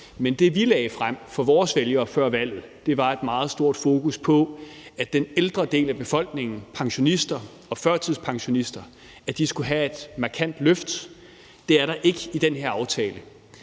Men det, vi lagde frem for vores vælgere før valget, var et meget stort fokus på, at den ældre del af befolkningen, pensionister og førtidspensionister, skulle have et markant løft. Det er der ikke i den her aftale